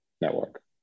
network